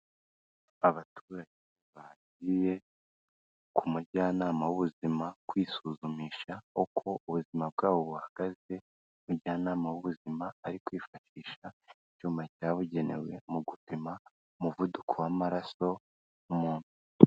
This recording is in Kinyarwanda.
Abaturage bagiye ku mujyanama w'ubuzima kwisuzumisha uko ubuzima bwabo buhagaze, umujyanama w'ubuzima ari kwifashisha icyuma cyabugenewe mu gupima umuvuduko w'amaraso umuntu.